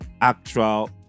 actual